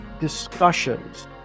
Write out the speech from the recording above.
discussions